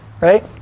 right